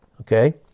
Okay